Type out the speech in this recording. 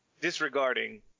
Disregarding